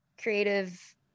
creative